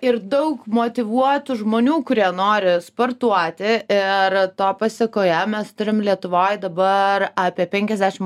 ir daug motyvuotų žmonių kurie nori sportuoti ir to pasekoje mes turim lietuvoj dabar apie penkiasdešim